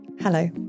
Hello